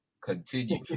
Continue